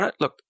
look